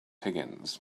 higgins